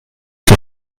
die